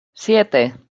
siete